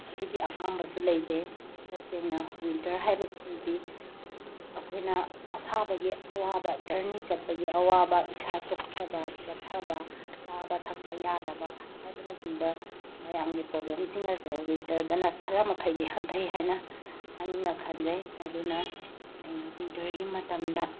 ꯑꯗꯨꯒꯤ ꯑꯄꯥꯝꯕꯁꯨ ꯂꯩꯖꯩ ꯇꯁꯦꯡꯅ ꯋꯤꯟꯇꯔ ꯍꯥꯏꯕꯁꯤꯗꯗꯤ ꯑꯩꯈꯣꯏꯅ ꯑꯁꯥꯕꯒꯤ ꯑꯋꯥꯕ ꯖꯔꯅꯤ ꯆꯠꯄꯒꯤ ꯑꯋꯥꯕ ꯏꯁꯥ ꯆꯣꯞꯊꯕ ꯄꯊꯕ ꯆꯥꯕ ꯊꯛꯄ ꯌꯥꯗꯕ ꯍꯥꯏꯕꯅ ꯆꯤꯡꯕ ꯃꯌꯥꯝꯒꯤ ꯄ꯭ꯔꯣꯕ꯭ꯂꯦꯝꯁꯤꯡ ꯑꯁꯦ ꯋꯤꯟꯇꯔꯗꯅ ꯈꯔ ꯃꯈꯩꯗꯤ ꯍꯟꯊꯩ ꯍꯥꯏꯅ ꯑꯩꯅ ꯈꯟꯖꯩ ꯃꯗꯨꯅ ꯑꯩꯅ ꯋꯤꯟꯇꯔꯒꯤ ꯃꯇꯝꯗ